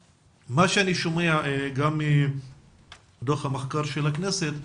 מה שאני שומע, גם מדוח מרכז המחקר של הכנסת,